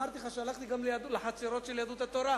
אמרתי לך שהלכתי לחצרות של יהדות התורה,